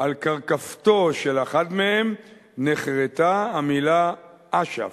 ועל קרקפתו של אחד מהם נחרטה המלה אש"ף,